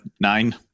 nine